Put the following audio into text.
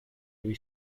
lui